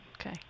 okay